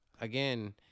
again